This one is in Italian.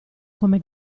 come